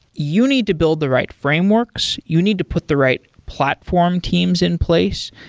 you need to build the right frameworks. you need to put the right platform teams in place.